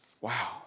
Wow